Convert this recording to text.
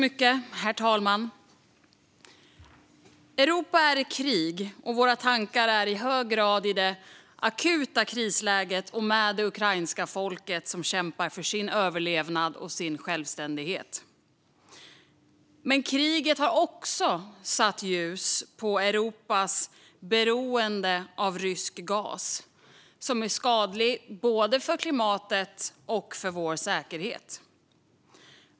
Herr talman! Europa är i krig. Våra tankar är i hög grad i det akuta krisläget och med det ukrainska folket, som kämpar för sin överlevnad och sin självständighet. Men kriget har också satt ljus på Europas beroende av rysk gas, som är skadligt både för klimatet och för vår säkerhet.